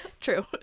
true